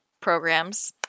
programs